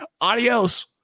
adios